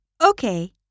Okay